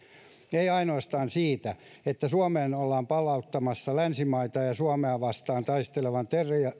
ei ainoastaan siitä syystä että suomeen ollaan palauttamassa länsimaita ja suomea vastaan taistelevan